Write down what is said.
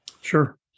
Sure